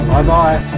Bye-bye